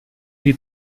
die